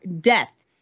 death